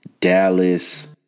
Dallas